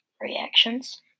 Reactions